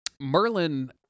Merlin